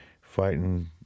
fighting